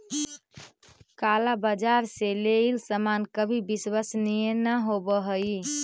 काला बाजार से लेइल सामान कभी विश्वसनीय न होवअ हई